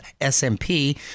SMP